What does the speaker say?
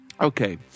Okay